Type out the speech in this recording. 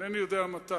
אינני יודע מתי.